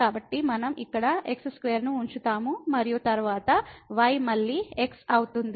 కాబట్టి మనం ఇక్కడ x2 ను ఉంచుతాము మరియు తరువాత y మళ్ళీ x అవుతుంది